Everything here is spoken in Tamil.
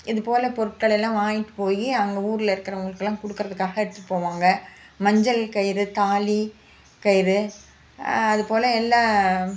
இதுபோல் பொருட்கள் எல்லாம் வாங்கிட்டு போய் அங்கே ஊரில் இருக்கிறவங்களுக்கெல்லாம் கொடுக்கறத்துக்காக எடுத்துகிட்டு போவாங்க மஞ்சள் கயிறு தாலி கயிறு அதுபோல் எல்லா